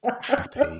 happy